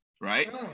right